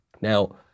Now